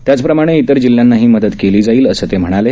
त्याप्रमाणे इतर जिल्ह्यांनाही मदत दिली जाईल असे ते म्हणाले